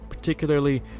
Particularly